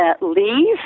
leave